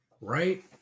right